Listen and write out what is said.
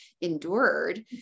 endured